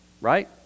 right